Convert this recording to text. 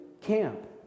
camp